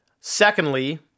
Secondly